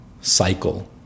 cycle